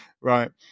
Right